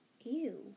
Ew